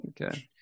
Okay